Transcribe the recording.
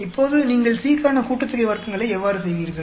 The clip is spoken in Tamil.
இப்போது நீங்கள் C க்கான கூட்டுத்தொகை வர்க்கங்களை எவ்வாறு செய்வீர்கள்